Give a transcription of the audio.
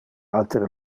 altere